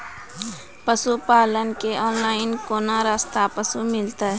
पशुपालक कऽ ऑनलाइन केना सस्ता पसु मिलतै?